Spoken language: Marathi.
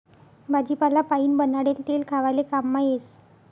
भाजीपाला पाइन बनाडेल तेल खावाले काममा येस